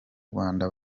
rwanda